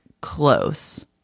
close